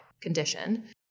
condition